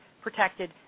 protected